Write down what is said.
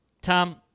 Tom